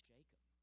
Jacob